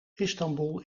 istanboel